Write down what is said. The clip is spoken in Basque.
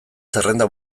zerrenda